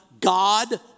God